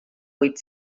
huit